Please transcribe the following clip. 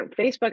Facebook